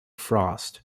frost